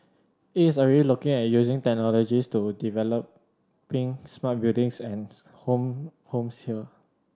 it is already looking at using technologies to developing smart buildings and home homes here